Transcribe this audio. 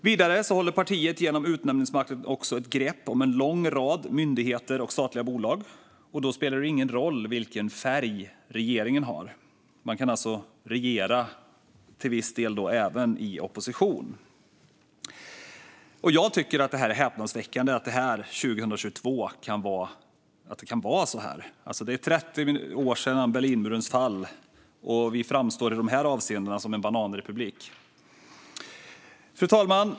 Vidare håller partiet genom utnämningsmakten också ett grepp om en lång rad myndigheter och statliga bolag. Då spelar det ingen roll vilken färg som regeringen har. Man kan alltså regera till viss del även i opposition. Det är häpnadsväckande att det 2022 kan vara så här. Det är 30 år sedan Berlinmurens fall, och vi framstår i de här avseendena som en bananrepublik. Fru talman!